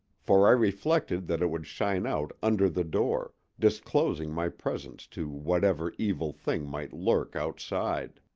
for i reflected that it would shine out under the door, disclosing my presence to whatever evil thing might lurk outside.